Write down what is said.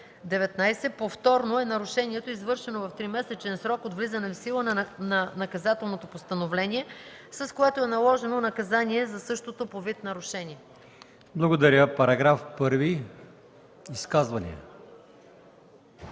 „Повторно” е нарушението, извършено в тримесечен срок от влизане в сила на наказателното постановление, с което е наложено наказание за същото по вид нарушение.” ПРЕДСЕДАТЕЛ АЛИОСМАН